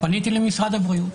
פניתי למשרד הבריאות,